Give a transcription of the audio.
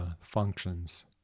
functions